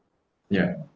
ya